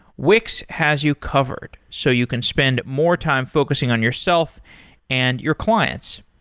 wix has you covered, so you can spend more time focusing on yourself and your clients.